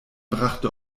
brachte